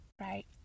right